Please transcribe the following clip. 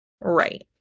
Right